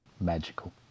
Magical